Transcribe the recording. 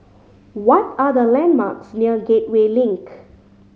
what are the landmarks near Gateway Link